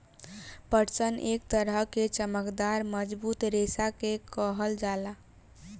पटसन एक तरह के चमकदार मजबूत रेशा के कहल जाला